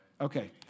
Okay